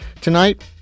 Tonight